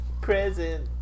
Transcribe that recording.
Present